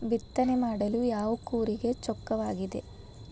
ಬಿತ್ತನೆ ಮಾಡಲು ಯಾವ ಕೂರಿಗೆ ಚೊಕ್ಕವಾಗಿದೆ?